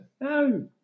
no